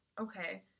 Okay